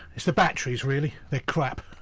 it's the batteries, really. they're crap.